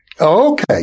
Okay